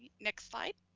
next slide.